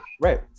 right